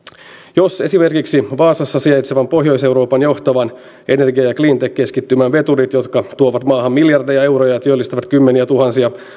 jos esimerkiksi vaasassa sijaitsevan pohjois euroopan johtavan energia ja cleantech keskittymän veturit jotka tuovat maahan miljardeja euroja ja työllistävät kymmeniätuhansia